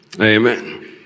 Amen